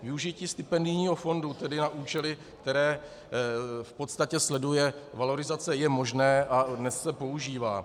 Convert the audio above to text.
Využití stipendijního fondu tedy na účely, které v podstatě sleduje valorizace, je možné a dnes se používá.